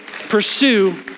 pursue